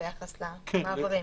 ביחס למעברים.